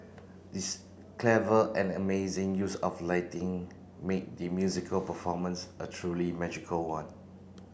this clever and amazing use of lighting made the musical performance a truly magical one